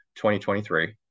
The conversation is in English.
2023